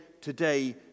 today